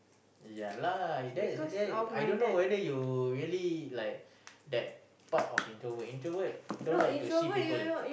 ya lah then I say then I don't know whether you really like that part of introvert introvert don't like to see people